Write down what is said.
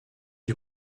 you